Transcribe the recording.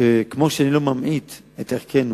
שכמו שאני לא ממעיט את ערכנו